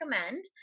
recommend